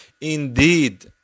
Indeed